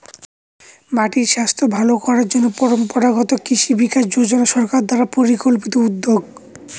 মাটির স্বাস্থ্য ভালো করার জন্য পরম্পরাগত কৃষি বিকাশ যোজনা সরকার দ্বারা পরিকল্পিত উদ্যোগ